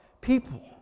people